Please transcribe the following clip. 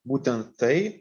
būtent tai